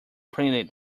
printed